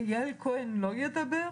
איל כהן לא ידבר?